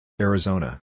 Arizona